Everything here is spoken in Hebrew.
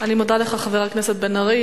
אני מודה לך, חבר הכנסת בן-ארי.